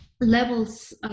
levels